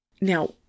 Now